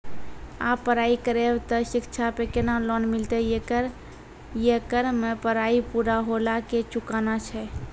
आप पराई करेव ते शिक्षा पे केना लोन मिलते येकर मे पराई पुरा होला के चुकाना छै?